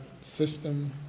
system